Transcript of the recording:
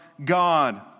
God